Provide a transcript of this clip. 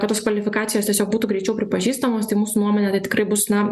kad tos kvalifikacijos tiesiog būtų greičiau pripažįstamos tai mūsų nuomone tai tikrai bus na